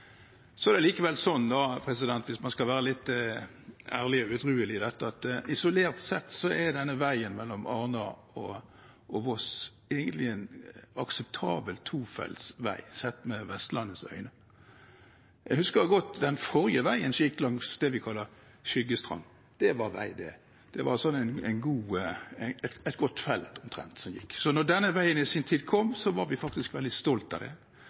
Så er det likevel sånn – hvis man skal være litt ærlig og edruelig i dette – at isolert sett er denne veien mellom Arna og Voss egentlig en akseptabel tofelts vei, sett med Vestlandets øyne. Jeg husker godt den forrige veien som gikk langs Skyggestrand – det var vei det! Det var vel ett godt felt omtrent. Så da denne veien i sin tid kom, var vi faktisk veldig stolte av den. Siden da har det